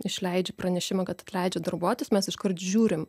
išleidžia pranešimą kad atleidžia darbuotojus mes iškart žiūrim